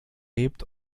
hebt